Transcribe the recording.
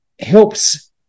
helps